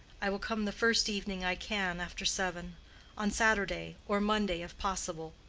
i will come the first evening i can after seven on saturday or monday, if possible.